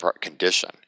condition